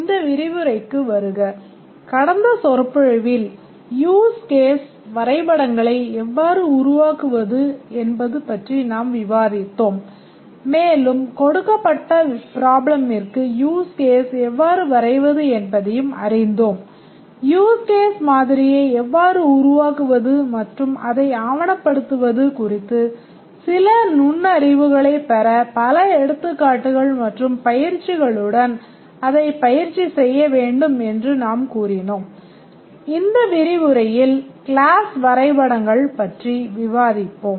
இந்த விரிவுரைக்கு வருக கடந்த சொற்பொழிவில் யூஸ் கேஸ் வரைபடங்கள் பற்றி விவாதிப்போம்